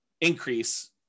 increase